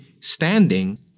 standing